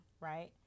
right